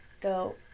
go